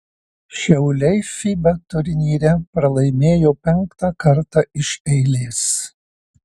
šiauliai fiba turnyre pralaimėjo penktą kartą iš eilės